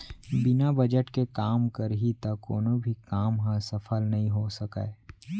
बिना बजट के काम करही त कोनो भी काम ह सफल नइ हो सकय